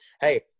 Hey